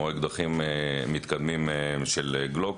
כמו אקדחים מתקדמים של גלוק,